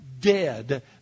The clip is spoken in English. dead